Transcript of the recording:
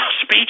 speech